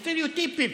סטריאוטיפים.